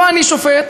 לא אני שופט,